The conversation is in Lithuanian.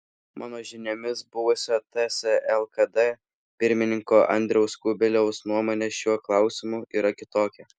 mano žiniomis buvusio ts lkd pirmininko andriaus kubiliaus nuomonė šiuo klausimu yra kitokia